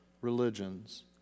religions